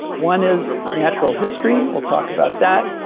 one is natural history, we'll talk about that.